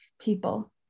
people